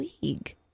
League